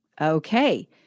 Okay